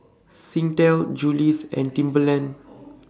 Singtel Julie's and Timberland